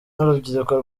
n’urubyiruko